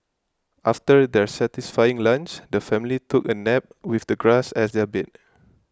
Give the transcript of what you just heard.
after their satisfying lunch the family took a nap with the grass as their bed